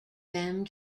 them